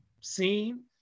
seen